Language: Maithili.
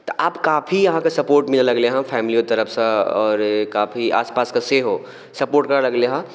तऽ आब काफी अहाँके सपोर्ट मिलऽ लगलै हँ फैमिलियो तरफ सऽ आओर काफी आसपास के सेहो सपोर्ट करऽ लगलै हँ